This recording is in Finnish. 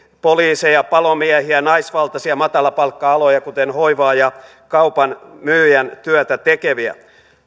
poliiseja palomiehiä naisvaltaisia matalapalkka aloja kuten hoivaa ja kaupan myyjän työtä tekeviä